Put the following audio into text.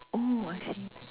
oh I see